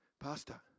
pastor